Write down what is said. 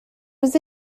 was